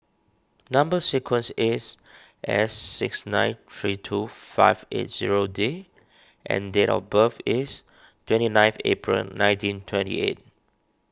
Number Sequence is S six nine three two five eight zero D and date of birth is twenty ninth April nineteen twenty eight